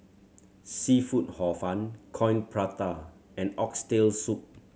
seafood Hor Fun Coin Prata and Oxtail Soup